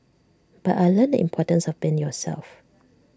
but I learnt in importance of being yourself